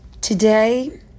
Today